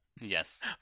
Yes